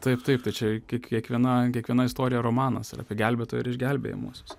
taip taip tai čia kiekviena kiekviena istorija romanas ir apie gelbėtoją ir išgelbėjamuosius